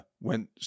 went